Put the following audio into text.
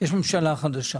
יש ממשלה חדשה.